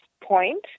point